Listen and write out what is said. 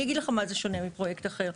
תשמע, אני אגיד לך במה זה שונה מפרויקט אחר.